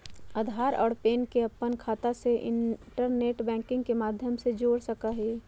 आधार और पैन के अपन खाता से इंटरनेट बैंकिंग के माध्यम से जोड़ सका हियी